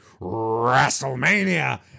WrestleMania